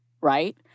Right